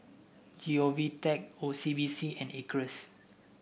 G O V Tech C B C and Acres